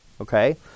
okay